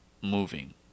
moving